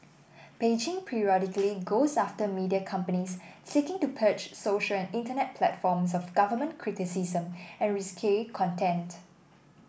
Beijing periodically goes after media companies seeking to purge social and internet platforms of government criticism and risque content